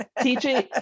teaching